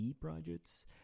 projects